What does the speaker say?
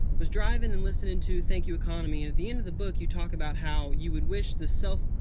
was driving and listening to thank you economy and at the end of the book you talk about how you would wish the self,